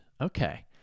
Okay